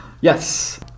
Yes